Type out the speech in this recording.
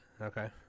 Okay